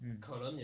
mm